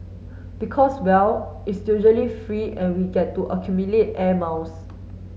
because well it's usually free and we get to accumulate air miles